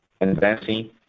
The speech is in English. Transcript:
advancing